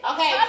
Okay